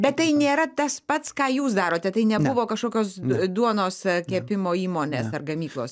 bet tai nėra tas pats ką jūs darote tai nebuvo kažkokios duonos kepimo įmonės ar gamyklos